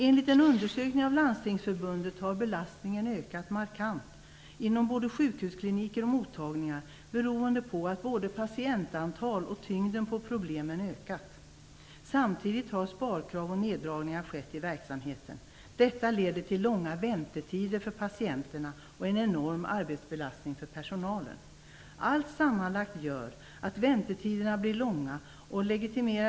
Enligt en undersökning av Landstingsförbundet har belastningen ökat markant inom både sjukhuskliniker och mottagningar beroende på att både patientantal och tyngden på problemen ökat. Samtidigt har sparkrav och neddragningar skett i verksamheten. Detta leder till långa väntetider för patienterna och en enorm arbetsbelastning för personalen. Allt sammanlagt gör att väntetiderna blir långa.